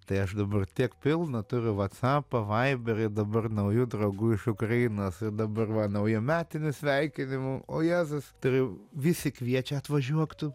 tai aš dabar tiek pilna turiu vatsapą vaiberį dabar naujų draugų iš ukrainos ir dabar va naujametinių sveikinimų o jėzus turiu visi kviečia atvažiuok tu